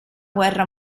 guerra